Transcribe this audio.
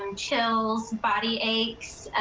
um chills, body aches,